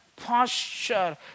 posture